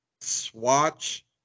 Swatch